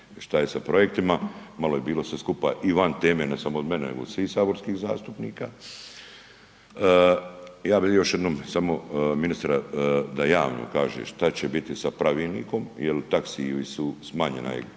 šta je sa projektima, malo je bilo sve skupa i van teme ne samo od mene nego od svih saborskih zastupnika. Ja bi još jednom samo ministra da javno kaže šta će biti sa pravilnikom jel taksiji su smanjeni sa